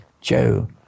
Joe